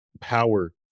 power